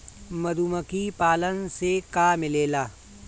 मधुमखी पालन से का मिलेला?